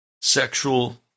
sexual